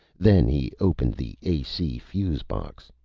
then he opened the ac fuse box.